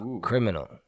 Criminal